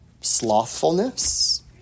slothfulness